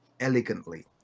elegantly